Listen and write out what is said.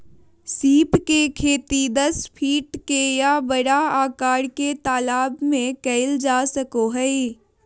सीप के खेती दस फीट के या बड़ा आकार के तालाब में कइल जा सको हइ